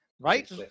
right